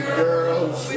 girls